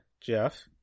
Jeff